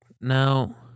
Now